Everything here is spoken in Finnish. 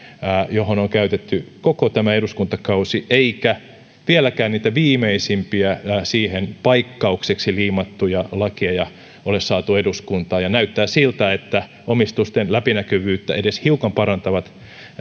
johon on käytetty koko tämä eduskuntakausi eikä vieläkään niitä viimeisimpiä siihen paikkaukseksi liimattuja lakeja ole saatu eduskuntaan näyttää siltä että omistusten läpinäkyvyyttä edes hiukan parantavat